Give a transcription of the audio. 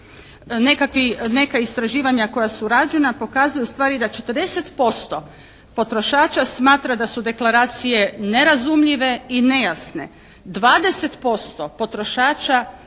neka istraživanja koja su rađena pokazuju ustvari da 40% potrošača smatra da su deklaracije nerazumljive i nejasne. 20% potrošača